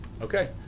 Okay